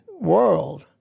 world